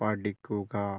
പഠിക്കുക